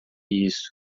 isso